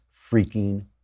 freaking